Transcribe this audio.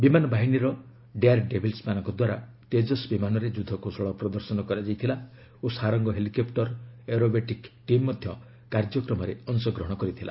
ବିମାନ ବାହିନୀର ଡେୟାର ଡେବିଲ୍ସମାନଙ୍କ ଦ୍ୱାରା ତେଜସ୍ ବିମାନରେ ଯୁଦ୍ଧ କୌଶଳ ପ୍ରଦର୍ଶନ କରାଯାଇଥିଲା ଓ ସାରଙ୍ଗ ହେଲିକପୁର ଏରୋବେଟିକ୍ ଟିମ୍ ମଧ୍ୟ କାର୍ଯ୍ୟକ୍ରମରେ ଅଂଶଗ୍ରହଣ କରିଥିଲା